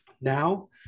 Now